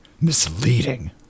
misleading